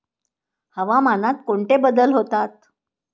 हवामानात कोणते बदल होतात?